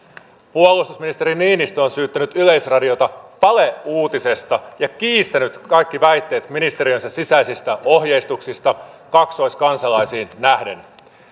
puolustusministeri niinistö on syyttänyt yleisradiota valeuutisesta ja kiistänyt kaikki väitteet ministeriönsä sisäisistä ohjeistuksista kaksoiskansalaisiin nähden